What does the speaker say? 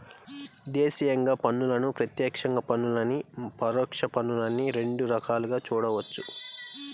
దేశీయంగా పన్నులను ప్రత్యక్ష పన్నులనీ, పరోక్ష పన్నులనీ రెండు రకాలుగా చూడొచ్చు